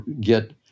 get